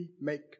make